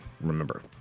remember